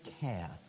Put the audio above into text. care